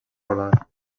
polar